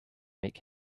make